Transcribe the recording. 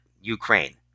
Ukraine